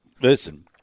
Listen